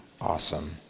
awesome